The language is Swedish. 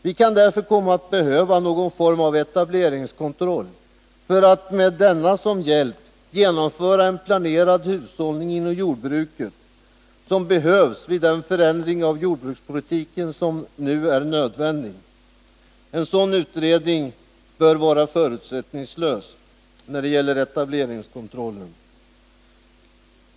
Vi kan därför komma att behöva någon form av etableringskontroll, för att med denna som hjälp genomföra den planerade hushållning inom jordbruket som behövs vid den förändring av jordbrukspolitiken som nu är nödvändig. En utredning om etableringskontroll bör vara förutsättningslös.